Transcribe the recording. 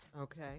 Okay